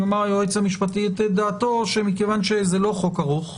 היועץ המשפטי יאמר את דעתו - שמכיוון שזה לא חוק ארוך,